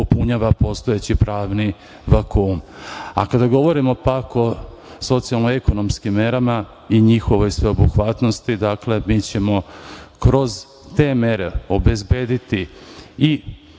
popunjava postojeći pravni vakuum. Kada govorimo pak o socijalno-ekonomskim merama i njihovoj sveobuhvatnosti, mi ćemo kroz te mere obezbediti i